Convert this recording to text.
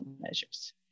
measures